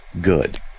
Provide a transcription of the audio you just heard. good